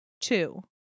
two